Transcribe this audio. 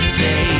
say